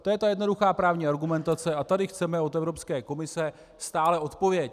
To je ta jednoduchá právní argumentace a tady chceme od Evropské komise stále odpověď.